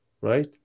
right